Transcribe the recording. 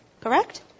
Correct